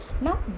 now